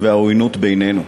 והעוינות בינינו.